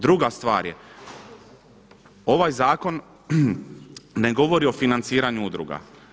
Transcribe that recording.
Druga stvar je ovaj zakon ne govori o financiranju udruga.